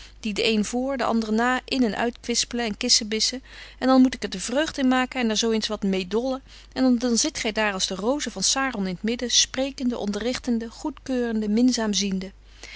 die de een voor de andre na in en uit kwispelen en kissebissen en dan moet ik er de vreugd in maken en er zo eens wat meê dollen en dan zit gy daar als de roze van saron in t midden sprekende onderrichtende goedkeurende minzaam ziende